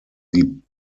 die